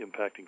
impacting